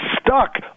stuck